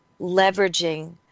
leveraging